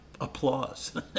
applause